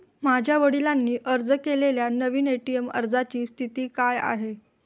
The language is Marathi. माझ्या वडिलांनी अर्ज केलेल्या नवीन ए.टी.एम अर्जाची स्थिती काय आहे?